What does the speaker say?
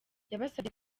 yabasabye